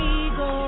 ego